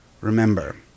Remember